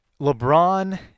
LeBron